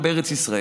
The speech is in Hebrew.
ומע"מ,